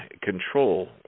control